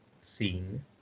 scene